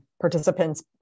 participants